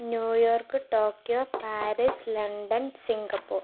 New York Tokyo Paris London Singapore